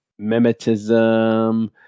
mimetism